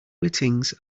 whitings